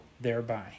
thereby